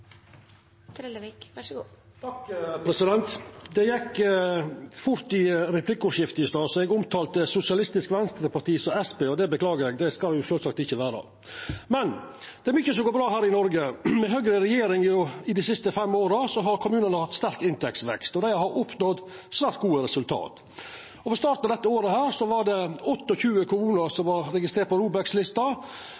gjekk fort i replikkordskiftet i stad, så eg omtalte Sosialistisk Venstreparti som Senterpartiet. Det beklagar eg, det skulle det sjølvsagt ikkje vera. Det er mykje som går bra her i Noreg. Med Høgre i regjering dei siste fem åra har kommunane hatt sterk inntektsvekst, og dei har oppnådd svært gode resultat. Ved starten av dette året var det 28 kommunar som var registrerte på ROBEK-lista, og no ved slutten av året er det